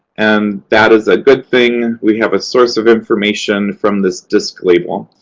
and that is a good thing. we have a source of information from this disc label.